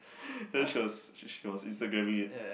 then she was she she was Instagramming it